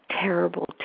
terrible